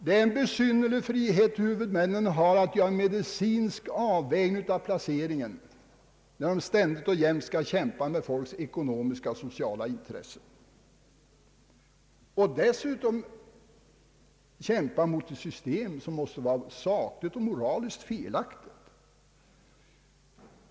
Det är en besynnerlig frihet huvudmännen har att göra en medicinsk avvägning av placeringen, när de ständigt och jämt skall kämpa med människornas ekonomiska och sociala intressen och dessutom kämpa mot ett system som måste vara sakligt och moraliskt felaktigt.